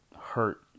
hurt